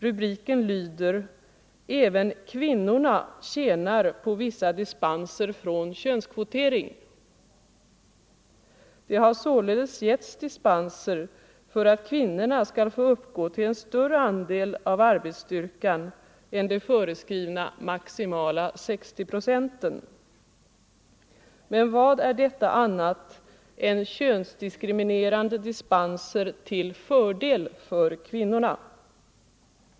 Rubriken lyder: Även kvinnorna tjänar på vissa dispenser från könskvotering. Det har således getts dispenser för att kvinnorna skall få uppgå till en större andel av arbetsstyrkan än de föreskrivna maximala 60 procenten. Men vad är detta annat än könsdiskriminerande dispenser till fördel för kvinnorna?